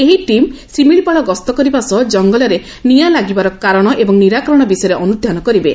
ଏହି ଟିମ୍ ଶିମିଳିପାଳ ଗସ୍ତ କରିବା ସହ କଙ୍ଗଲରେ ନିଆଁ ଲାଗିବାର କାରଣ ଏବଂ ନିରାକରଣ ବିଷୟରେ ଅନୁଧ୍ଧାନ କରିବେ